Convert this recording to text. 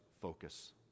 focus